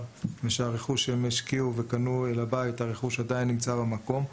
והרכוש שהם השקיעו בו עדיין נמצא במקום.